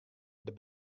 der